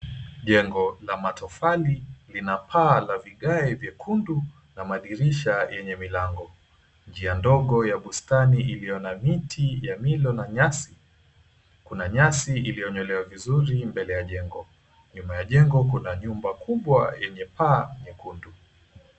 Jengo la matofali lina paa la vigae vyekundu na madirisha yenye milango. Njia ndogo ya bustani iliyo na miti ya milo na nyasi, kuna nyasi iliyonyolewa vizuri mbele ya jengo. Nyuma ya jengo kuna jumba kubwa yenye paa nyekundu.